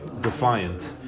defiant